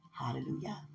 Hallelujah